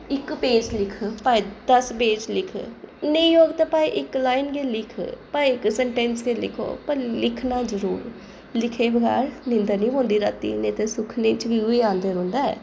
इक पेज लिख भामें दस्स पेज लिख नेईं होऐ ते भाएं इक लाइन गै लिख भामें इक सेंटैन्स गै लिखो पर लिखना जरूर ऐ लिखने दे बगैर निंदर निं पौंदी रातीं नेईं तां सुखनै च बी उ'ऐ औंदा रौंह्दा ऐ